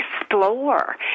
explore